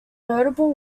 notable